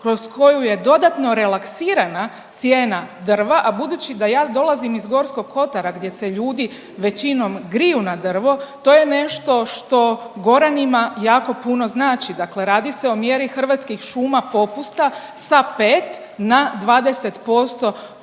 kroz koju je dodatno relaksirana cijena drva. A budući da ja dolazim iz Gorskog kotara gdje se ljudi većinom griju na drvo to je nešto što Goranima jako puno znači. Dakle, radi se o mjeri Hrvatskih šuma popusta sa 5 na 20% po